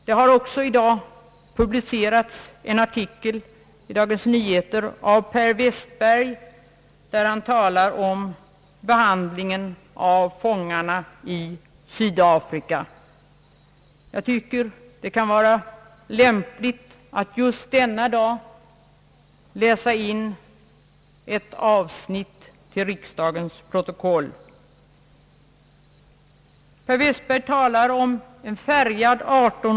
Det har i dag publicerats en artikel i Dagens Nyheter av Per Wästberg där han talar om behandlingen av fångarna i Sydafrika. Jag tycker det kan vara lämpligt att just denna dag läsa in ett avsnitt ur artikeln till riksdagens protokoll.